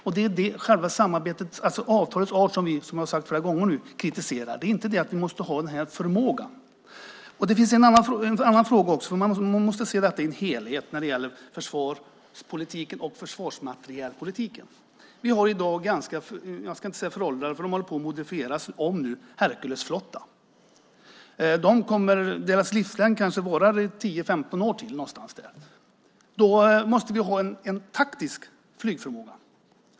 Jag har nu flera gånger sagt att det är avtalets art som vi kritiserar och inte att vi måste ha den här förmågan. Det finns också en annan fråga. Man måste se försvarspolitiken och försvarsmaterielpolitiken i en helhet. Vi har i dag en Herculesflotta. Jag ska inte säga att den är föråldrad, eftersom den nu håller på att modifieras om. Dess livslängd kanske varar 10-15 år till. Vi måste ha en taktisk flygförmåga.